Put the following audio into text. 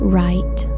right